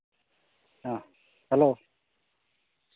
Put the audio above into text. ᱦᱮᱸ ᱦᱮᱞᱳ